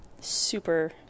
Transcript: super